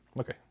Okay